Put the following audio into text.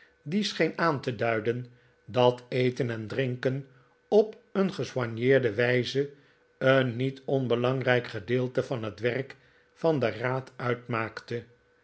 die scheen aan te duiden dat eten en drinken op een gesoigneerde wijze een niet onbelangrijk gedeelte van het werk van den raad uitmaakte